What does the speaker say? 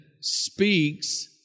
speaks